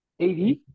AD